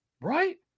right